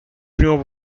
primo